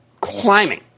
climbing